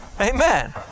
Amen